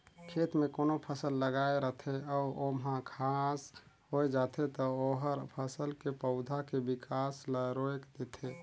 खेत में कोनो फसल लगाए रथे अउ ओमहा घास होय जाथे त ओहर फसल के पउधा के बिकास ल रोयक देथे